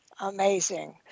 Amazing